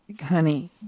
honey